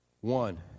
One